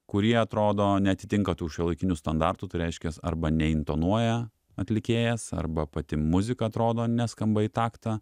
kurie atrodo neatitinka tų šiuolaikinių standartų tai reiškias arba neintonuoja atlikėjas arba pati muzika atrodo neskamba į taktą